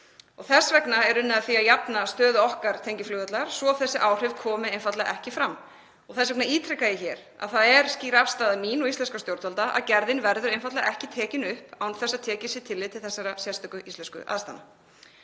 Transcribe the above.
Þess vegna er unnið að því að jafna stöðu okkar tengiflugvallar svo þessi áhrif komi einfaldlega ekki fram. Því ítreka ég hér að það er skýr afstaða mín og íslenskra stjórnvalda, að gerðin verður einfaldlega ekki tekin upp án þess að tekið sé tillit til þessara sérstöku íslensku aðstæðna.